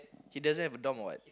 he doesn't have a dorm or what